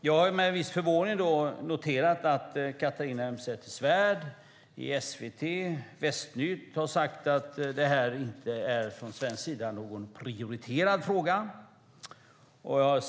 Jag har med viss förvåning noterat att Catharina Elmsäter-Svärd i SVT:s Västnytt sagt att det från svensk sida inte är någon prioriterad fråga.